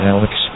Alex